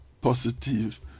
positive